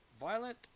Violent